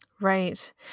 Right